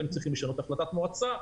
היינו צריכים לשנות החלטת מועצה,